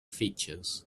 features